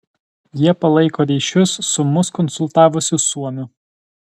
jie palaiko ryšius su mus konsultavusiu suomiu